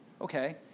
Okay